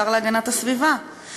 השר להגנת הסביבה,